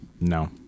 No